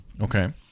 Okay